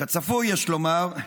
כצפוי, יש לומר,